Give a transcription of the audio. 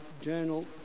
journal